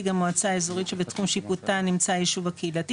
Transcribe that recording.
המועצה האזורית שבתחום שיפוטה נמצא היישוב הקהילתי,